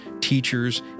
teachers